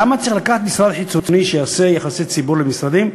למה צריך לקחת משרד חיצוני שיעשה יחסי ציבור למשרדים?